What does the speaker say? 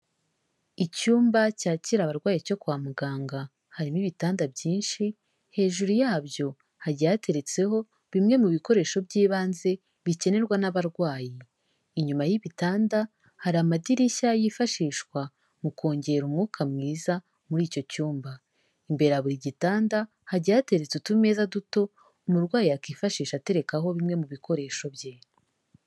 Icyumba cyakira abarwayi cyo kwa muganga, harimo ibitanda byinshi, hejuru yabyo hagiye hateretseho bimwe mu bikoresho by'ibanze, bikenerwa n'abarwayi. Inyuma y'ibitanda, hari amadirishya yifashishwa mu kongera umwuka mwiza muri icyo cyumba. Imbera ya buri gitanda, hagiye hateretse utumeza duto, umurwayi yakwifashisha aterekaho bimwe mu bikoresho bye.